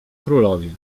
królowie